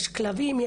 יש כלבים,